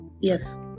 yes